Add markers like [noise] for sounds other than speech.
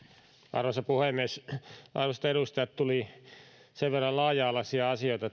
arvoisa puhemies arvoisilta edustajilta tuli sen verran laaja alaisia asioita [unintelligible]